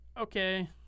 Okay